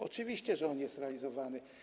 Oczywiście, że on jest realizowany.